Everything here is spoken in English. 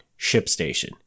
ShipStation